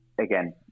Again